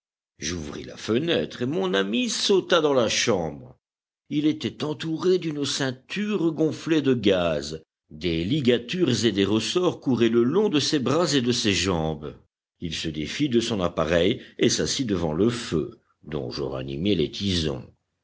j'ouvris la fenêtre et mon ami sauta dans la chambre il était entouré d'une ceinture gonflée de gaz des ligatures et des ressorts couraient le long de ses bras et de ses jambes il se défit de son appareil et s'assit devant le feu dont je ranimai les tisons